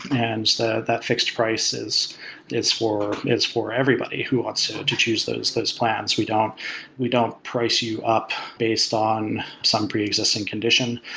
and so that fixed prices is for is for everybody who wants to choose those those plans. we don't we don't price you up based on some pre-existing condition,